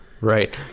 Right